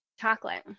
chocolate